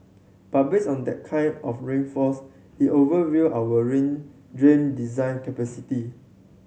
but based on that kind of rainfalls it overwhelmed our rain drain design capacity